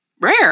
rare